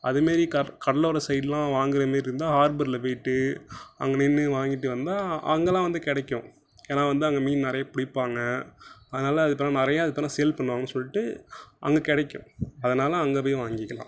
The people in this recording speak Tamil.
அது மாரி கட கடலோர சைடுலாம் வாங்கிற மாரி இருந்தால் ஹார்பரில் போய்கிட்டு அங்கே நின்று வாங்கிட்டு வந்தால் அங்கேலாம் வந்து கிடைக்கும் ஏன்னா வந்து அங்கே மீன் நிறைய பிடிப்பாங்க அதனால இப்போலாம் நிறைய இப்போ தான் சேல் பண்ணுவாங்கனு சொல்லிட்டு அங்கே கிடைக்கும் அதனால அங்கே போய் வாங்கிக்கலாம்